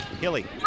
Hilly